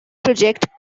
project